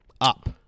up